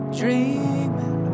dreaming